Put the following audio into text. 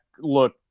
look